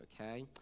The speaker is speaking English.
okay